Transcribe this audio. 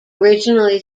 originally